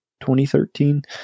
2013